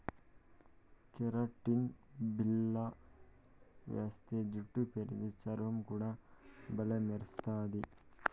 keratin బిల్ల వేస్తే జుట్టు పెరిగి, చర్మం కూడా బల్లే మెరస్తది